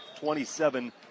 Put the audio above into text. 27